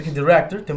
director